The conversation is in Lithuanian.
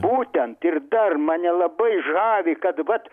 būtent ir dar mane labai žavi kad vat